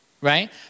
Right